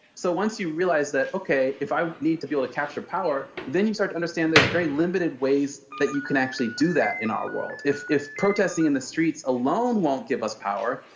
so once you realise that, okay, if i need to be able to capture power, then you start to understand there is very limited ways that you can actually do that in our world. if if protesting in the streets alone won't give us power,